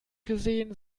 gesehen